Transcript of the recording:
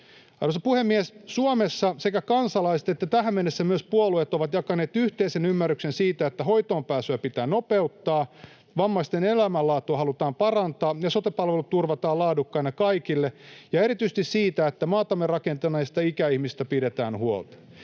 Arvoisa puhemies! Suomessa sekä kansalaiset että tähän mennessä myös puolueet ovat jakaneet yhteisen ymmärryksen siitä, että hoitoonpääsyä pitää nopeuttaa, vammaisten elämänlaatua halutaan parantaa ja sote-palvelut turvataan laadukkaina kaikille, ja erityisesti siitä, että maatamme rakentaneista ikäihmisistä pidetään huolta.